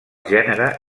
gènere